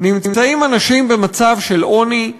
נמצאים אנשים במצב של עוני,